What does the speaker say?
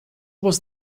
was